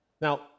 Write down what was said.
Now